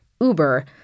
Uber